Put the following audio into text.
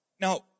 Now